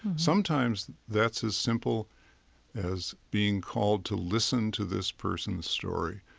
sometimes that's as simple as being called to listen to this person's story.